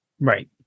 right